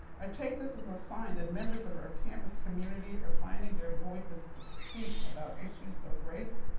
i take this as a sign that members of our campus community are finding their voices to speak about issues of race,